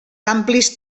amplis